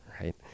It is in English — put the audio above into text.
right